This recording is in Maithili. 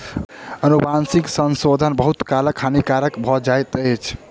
अनुवांशिक संशोधन बहुत काल हानिकारक भ जाइत अछि